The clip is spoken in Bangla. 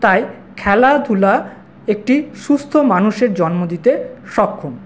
তাই খেলাধুলা একটি সুস্থ মানুষের জন্ম দিতে সক্ষম